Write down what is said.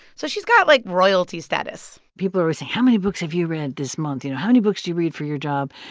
so she's got, like, royalty status people always say, how many books have you read this month? you know, how many books do you read for your job?